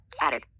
Added